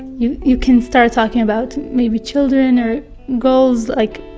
you you can start talking about maybe children or goals, like,